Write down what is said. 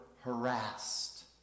harassed